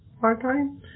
part-time